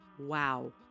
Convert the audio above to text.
Wow